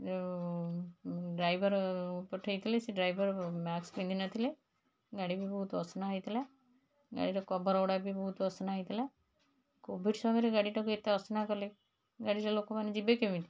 ଯେଉଁ ଡ୍ରାଇଭର୍ ପଠେଇଥିଲେ ସେ ଡ୍ରାଇଭର୍ ମାସ୍କ୍ ପିନ୍ଧି ନଥିଲେ ଗାଡ଼ି ବି ବହୁତ ଅସନା ହୋଇଥିଲା ଗାଡ଼ିର କଭର୍ ଗୁଡ଼ା ବି ବହୁତ ଅସନା ହେଇଥିଲା କୋଭିଡ଼୍ ସମୟରେ ଗାଡ଼ିଟାକୁ ଏତେ ଅସନା କଲେ ଗାଡ଼ିରେ ଲୋକମାନେ ଯିବେ କେମିତି